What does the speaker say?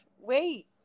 wait